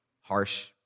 harsh